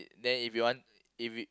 then if you want if